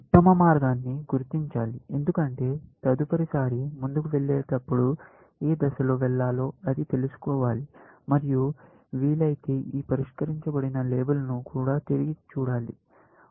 ఉత్తమ మార్గాన్ని గుర్తించాలి ఎందుకంటే తదుపరిసారి ముందుకు వెళ్లేటప్పుడు ఏ దిశలో వెళ్ళాలో అది తెలుసుకోవాలి మరియు వీలైతే ఈ పరిష్కరించబడిన లేబుల్ను కూడా తిరిగి చూడాలి